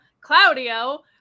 Claudio